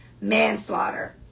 manslaughter